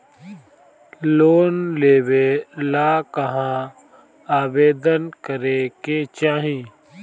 Loan लेवे ला कहाँ आवेदन करे के चाही?